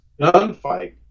gunfight